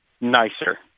nicer